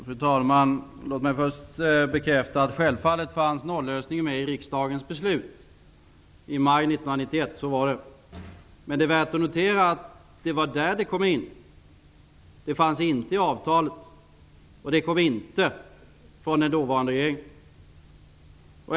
Fru talman! Låt mig först bekräfta att nollösningen självfallet fanns med i riksdagens beslut i maj 1991. Så var det. Men det är värt att notera att det var i riksdagen som nollösningen kom med. Det fanns inte i avtalet, och det kom inte från den dåvarande regeringen.